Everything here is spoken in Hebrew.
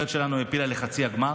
הנבחרת שלנו העפילה לחצי הגמר,